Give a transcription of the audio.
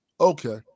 Okay